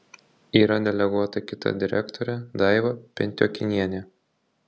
yra deleguota kita direktorė daiva pentiokinienė